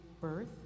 birth